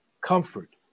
comfort